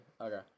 Okay